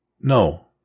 No